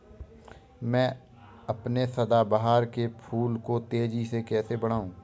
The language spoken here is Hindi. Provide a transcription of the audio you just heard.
मैं अपने सदाबहार के फूल को तेजी से कैसे बढाऊं?